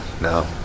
No